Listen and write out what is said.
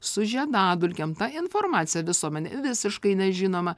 su žiedadulkėm ta informacija visuomenei visiškai nežinoma